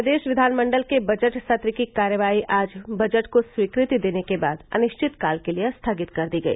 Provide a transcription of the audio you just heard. प्रदेश विधानमंडल के बजट सत्र की कार्यवाही आज बजट को स्वीकृति देने के बाद अनिश्चितकाल के लिए स्थगित कर दी गई